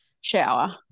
shower